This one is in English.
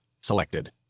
selected